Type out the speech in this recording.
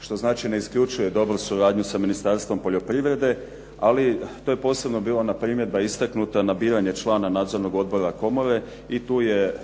što znači ne isključuje dobru suradnju sa Ministarstvom poljoprivrede, ali to je posebno bilo ona primjedba istaknuta na biranja člana nadzornog odbora komore i tu je